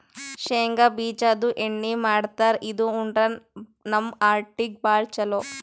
ಶೇಂಗಾ ಬಿಜಾದು ಎಣ್ಣಿ ಮಾಡ್ತಾರ್ ಇದು ಉಂಡ್ರ ನಮ್ ಹಾರ್ಟಿಗ್ ಭಾಳ್ ಛಲೋ